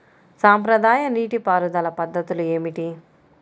సాంప్రదాయ నీటి పారుదల పద్ధతులు ఏమిటి?